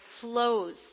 flows